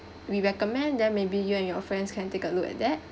we recommend then maybe you and your friends can take a look at that